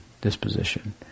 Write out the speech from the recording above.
disposition